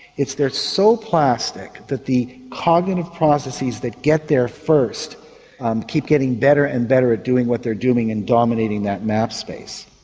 it's they're so plastic that the cognitive processes that get there first um keep getting better and better at doing what they're doing and dominating that map space.